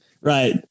right